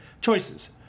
choices